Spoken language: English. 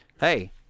Hey